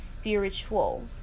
spiritual